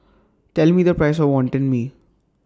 Tell Me The Price of Wonton Mee